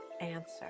answer